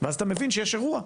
ואז אתה מבין שיש אירוע.